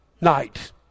night